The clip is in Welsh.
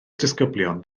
disgyblion